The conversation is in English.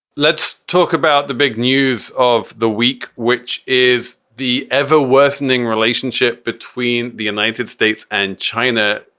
let's talk about the big news of the week, which is the ever worsening relationship between the united states and china.